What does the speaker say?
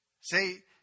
Say